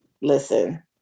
listen